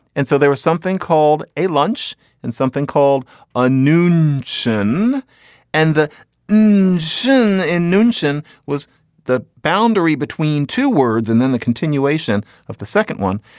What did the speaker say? and so there was something called a lunch and something called a noon shin and the shin in noon shin was the boundary between two words and then the continuation of the second one.